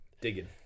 digging